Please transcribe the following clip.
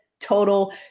Total